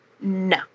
No